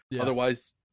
otherwise